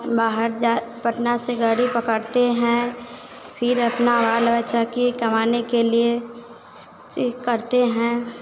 बाहर जा पटना से गाड़ी पकड़ते हैं फ़िर अपना बाल बच्चा के कमाने के लिए चे करते हैं